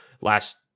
last